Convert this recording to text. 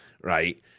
right